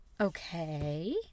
Okay